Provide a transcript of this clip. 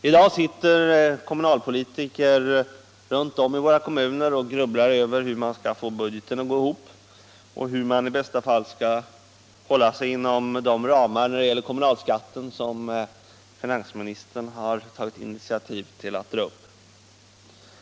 I dag sitter kommunalpolitiker runt om i våra kommuner och grubblar över hur de skall få budgeten att gå ihop och hur de i bästa fall skall kunna hålla sig inom de ramar för kommunalskatten som dragits upp på finansministerns initiativ.